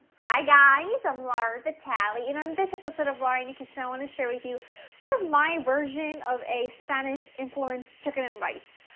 hi guys i'm laura vitale and on this episode of laura in the kitchen i want to share with you sort of my version of a spanish influenced chicken and rice.